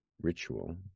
ritual